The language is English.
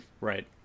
Right